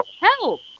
Help